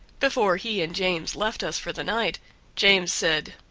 before he and james left us for the night james said,